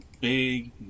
big